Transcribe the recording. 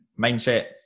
mindset